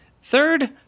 Third